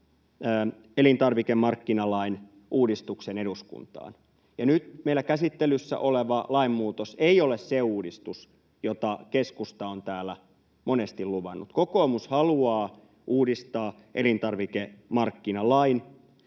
elintarvikemarkkinalain uudistuksen eduskuntaan. Ja nyt meillä käsittelyssä oleva lainmuutos ei ole se uudistus, jota keskusta on täällä monesti luvannut. Kokoomus haluaa uudistaa elintarvikemarkkinalain,